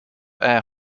air